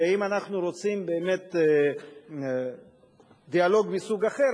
ואם אנחנו באמת רוצים דיאלוג מסוג אחר,